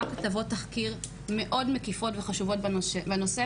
כתבות תחקיר מאוד מקיפות וחשובות בנושא,